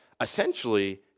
essentially